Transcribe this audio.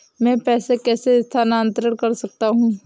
मैं पैसे कैसे स्थानांतरण कर सकता हूँ?